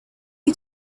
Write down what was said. you